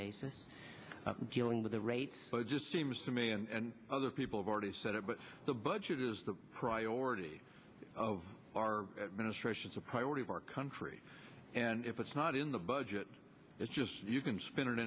basis dealing with the rates but it just seems to me and other people have already said it but the budget is the priority of our ministrations a priority of our country and if it's not in the budget it's just you can spin i